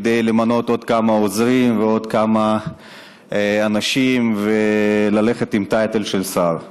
כדי למנות עוד כמה עוזרים ועוד כמה אנשים וללכת עם טייטל של שר.